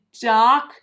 dark